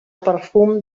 perfum